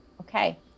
okay